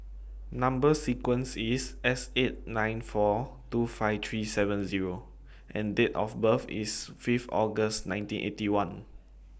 Number sequence IS S eight nine four two five three seven Zero and Date of birth IS five August nineteen Eighty One